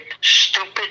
stupid